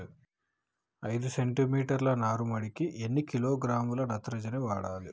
ఐదు సెంటి మీటర్ల నారుమడికి ఎన్ని కిలోగ్రాముల నత్రజని వాడాలి?